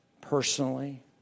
personally